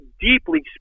deeply